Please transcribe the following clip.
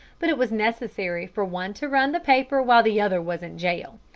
but it was necessary for one to run the paper while the other was in jail.